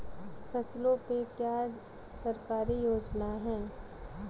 फसलों पे क्या सरकारी योजना है?